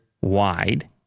wide